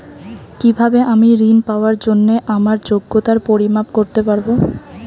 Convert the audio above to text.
কিভাবে আমি ঋন পাওয়ার জন্য আমার যোগ্যতার পরিমাপ করতে পারব?